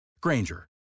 Granger